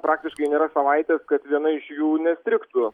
praktiškai nėra savaitės kad viena iš jų nestrigtų